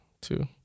two